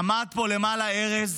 עמד פה למעלה ארז,